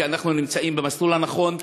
כי אנחנו נמצאים במסלול הנכון,